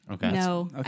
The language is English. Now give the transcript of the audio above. No